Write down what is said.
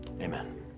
amen